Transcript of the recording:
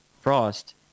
Frost